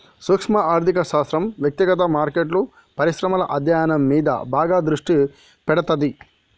సూక్శ్మ ఆర్థిక శాస్త్రం వ్యక్తిగత మార్కెట్లు, పరిశ్రమల అధ్యయనం మీద బాగా దృష్టి పెడతాది